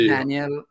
Daniel